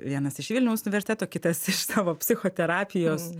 vienas iš vilniaus universiteto kitas iš savo psichoterapijos